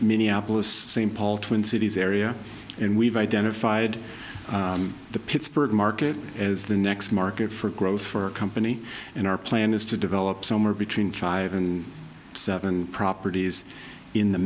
minneapolis st paul twin cities area and we've identified the pittsburgh market as the next market for growth for a company in our plan is to develop somewhere between five and seven properties in the